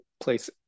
place